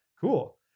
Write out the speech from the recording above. cool